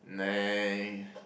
nah